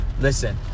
listen